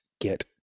get